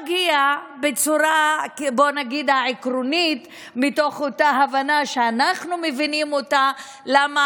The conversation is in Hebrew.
בצורה העקרונית מתוך אותה הבנה שאנחנו מבינים למה